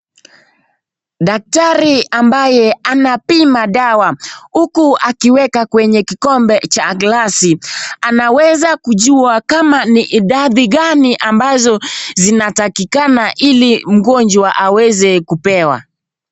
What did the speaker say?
Daktari ambaye anapima dawa, huku akiweka kwenye kikombe cha glasi anaweza kujua kama ni idadi gani ambazo zinatakikana ili mgonjwa aweze kupewa.